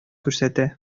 күрсәтә